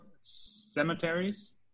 cemeteries